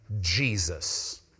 Jesus